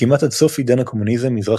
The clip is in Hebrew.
וכמעט עד סוף עידן הקומוניזם מזרח